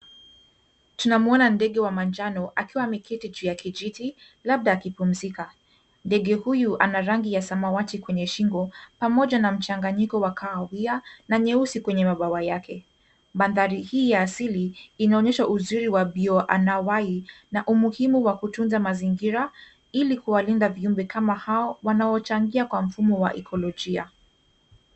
Tunamwona ndege wa manjano, akiwa ameketi juu ya kijiti, labda akipumzika. Ndege huyu ana rangi ya samawati kwenye shingo, pamoja na mchanganiko wa kahawia na nyeusi kwa mabawa yake. Mandhari hii ya asili, inaonyesha uzuri wa vioo anawai na umuhimu wa kutunza mazingira, ili kuwalinda viumbe kama hao wanaochangia kwa mfuno wa ekologia.